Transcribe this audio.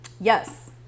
Yes